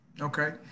Okay